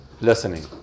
listening